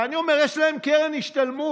ואני אומר, יש להם קרן השתלמות.